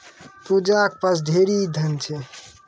पूजा के पास ढेरी धन छै